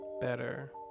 better